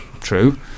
true